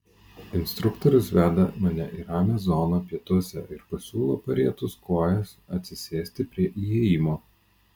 instruktorius veda mane į ramią zoną pietuose ir pasiūlo parietus kojas atsisėsti prie įėjimo